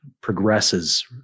progresses